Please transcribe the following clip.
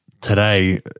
today